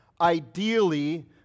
Ideally